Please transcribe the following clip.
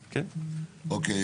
אוקיי.